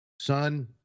son